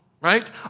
right